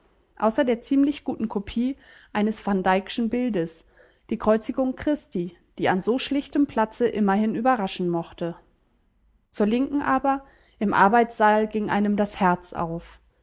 außer der ziemlich guten kopie eines van dyckschen bildes die kreuzigung christi die an so schlichtem platze immerhin überraschen mochte zur linken aber im arbeitssaal ging einem das herz auf